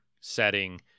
setting